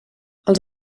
els